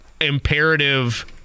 imperative